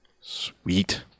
Sweet